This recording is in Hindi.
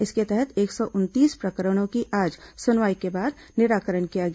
इसके तहत एक सौ उनतीस प्रकरणों की आज सुनवाई के बाद निराकरण किया गया